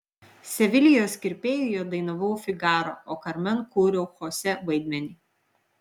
sevilijos kirpėjuje dainavau figarą o karmen kūriau chosė vaidmenį